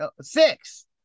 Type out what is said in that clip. Six